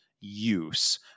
use